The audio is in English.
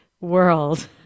world